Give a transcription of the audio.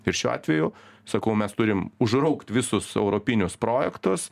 ir šiuo atveju sakau mes turim užraukt visus europinius projektus